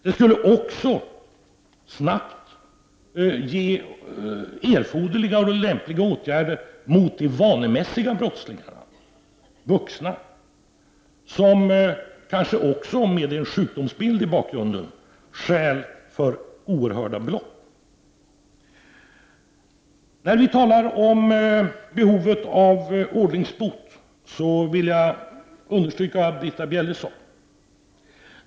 Det skulle också snabbt föranleda erforderliga och lämpliga åtgärder mot de vuxna, vanemäs siga brottslingarna, som kanske med en sjukdomsbild i bakgrunden stjäl för oerhörda belopp. När det gäller behovet av ordningsbot vill jag understryka vad Britta Bjelle sade.